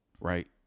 right